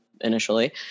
initially